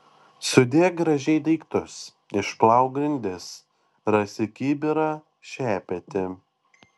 sudėk gražiai daiktus išplauk grindis rasi kibirą šepetį